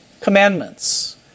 Commandments